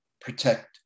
protect